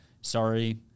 Sorry